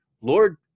Lord